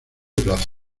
plaza